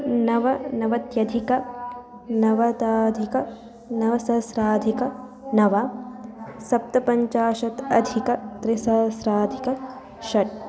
नवनवत्यधिकनवत्यधिकनवसहस्राधिक नव सप्तपञ्चाशत् अधिकत्रिसहस्राधिकषट्